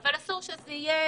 אבל אסור שזה יהיה